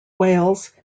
wales